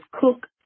cook